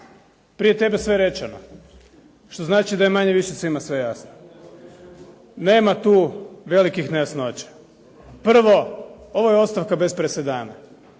prije tebe sve rečeno, što znači da je manje više svima sve jasno. Nema tu velikih nejasnoća. Prvo, ovo je ostavka bez presedana.